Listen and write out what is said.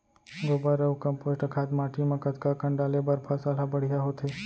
गोबर अऊ कम्पोस्ट खाद माटी म कतका कन डाले बर फसल ह बढ़िया होथे?